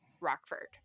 Rockford